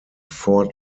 four